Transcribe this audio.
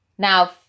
Now